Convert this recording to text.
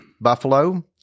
buffalo